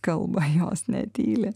kalba jos netyli